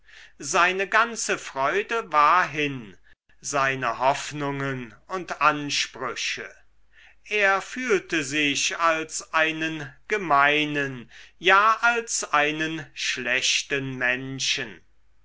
seine ganze freude war hin seine hoffnungen und ansprüche er fühlte sich als einen gemeinen ja als einen schlechten menschen